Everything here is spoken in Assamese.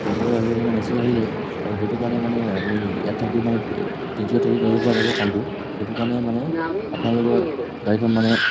নগ'লেও আহিব মানে মেছেজ আহিলে আৰু সেইটো কাৰণে মানে আমি ইয়াত থাকি মানে তি তিনিচুকীয়াত থাকি কৰিব পৰা যাব কামটো সেইটো কাৰণে মানে আপোনালোকৰ গাড়ীখন মানে